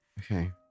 Okay